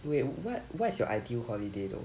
wait what what's your ideal holiday though